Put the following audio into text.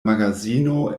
magazino